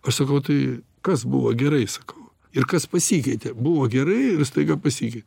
aš sakau tai kas buvo gerai sakau ir kas pasikeitė buvo gerai ir staiga pasikeitė